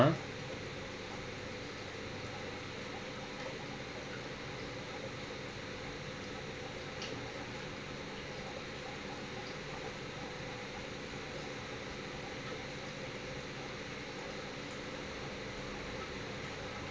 !huh!